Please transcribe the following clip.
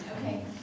Okay